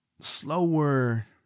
slower